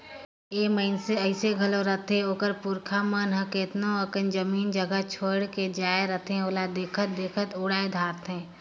ए मइनसे अइसे घलो रहथें ओकर पुरखा मन हर केतनो अकन जमीन जगहा छोंएड़ के जाए रहथें ओला देखत देखत उड़ाए धारथें